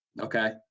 Okay